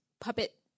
puppet-